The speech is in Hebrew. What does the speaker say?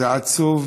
זה עצוב.